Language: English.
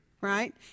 right